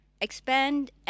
expand